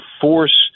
force